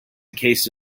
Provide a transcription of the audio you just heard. case